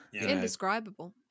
indescribable